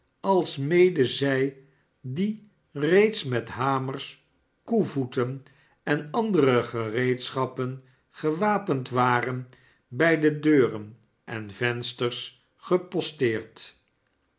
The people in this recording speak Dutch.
alsmede zij die reeds met hamers koevoeten en andere gereedschappen gewapend waren bij de deuren en venders geposteerd